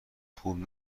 خوبی